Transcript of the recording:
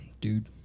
dude